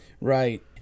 Right